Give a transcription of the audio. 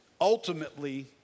ultimately